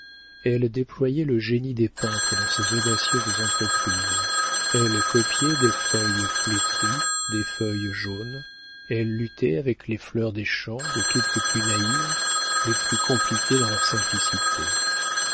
elle déployait le génie des peintres dans ses audacieuses entreprises elle copiait des feuilles flétries des feuilles jaunes elle luttait avec les fleurs des champs de toutes les plus naïves les plus compliquées dans leur simplicité